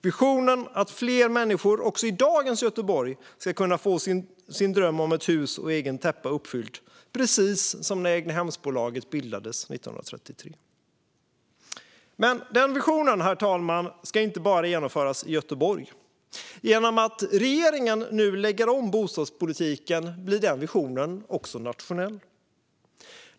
Visionen är att fler människor också i dagens Göteborg ska kunna få sin dröm om ett hus med egen täppa uppfylld, precis som när Egnahemsbolaget bildades 1933. Men den visionen, herr talman, ska inte bara genomföras i Göteborg. Genom att regeringen nu lägger om bostadspolitiken blir visionen också nationell.